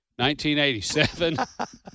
1987